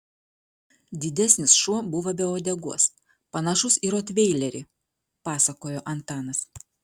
didesnis šuo buvo be uodegos panašus į rotveilerį pasakojo antanas